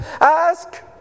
ask